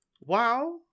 Wow